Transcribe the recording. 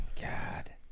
God